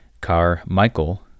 Carmichael